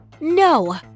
No